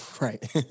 Right